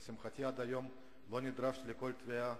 לשמחתי, עד היום לא נדרשתי לכל תביעה